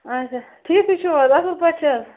اَچھا ٹھیٖکٕے چھِو حظ اَصٕل پٲٹھۍ چھِ حظ